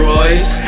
Royce